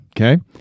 Okay